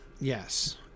yes